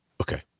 Okay